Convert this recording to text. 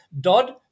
Dodd